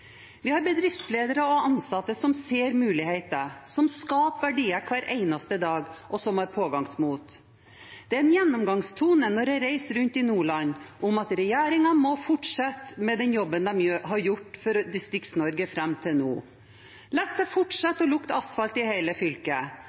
Vi har bedriftsledere og ansatte som ser muligheter, som skaper verdier hver eneste dag, og som har pågangsmot. Det er en gjennomgangstone når jeg reiser rundt i Nordland at regjeringen må fortsette med den jobben de har gjort for Distrikt-Norge fram til nå – la det fortsette å lukte asfalt i hele fylket,